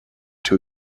too